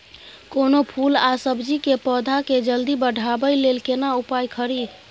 कोनो फूल आ सब्जी के पौधा के जल्दी बढ़ाबै लेल केना उपाय खरी?